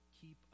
keep